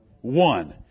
One